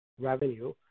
revenue